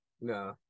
No